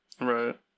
Right